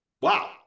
wow